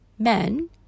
Men